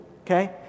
Okay